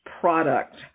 product